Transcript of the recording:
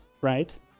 right